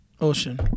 Ocean